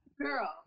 girl